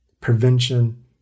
prevention